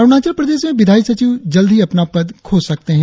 अरुणाचल प्रदेश में विधायी सचिव जल्द ही अपना पद खो सकते है